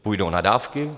Půjdou na dávky?